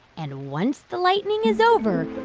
and once the lightning is over,